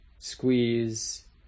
squeeze